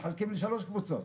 מחלקים לשלוש קבוצות.